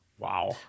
Wow